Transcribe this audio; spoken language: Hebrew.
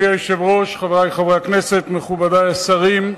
אדוני היושב-ראש, חברי חברי הכנסת, מכובדי השרים,